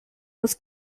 was